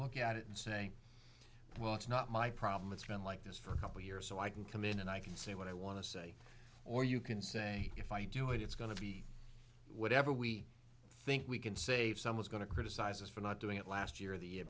look at it and say well it's not my problem it's been like this for a couple years so i can come in and i can say what i want to say or you can say if i do it it's going to be whatever we think we can save someone's going to criticize us for not doing it last year the year